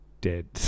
dead